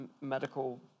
medical